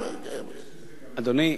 אדוני,